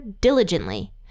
diligently